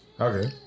Okay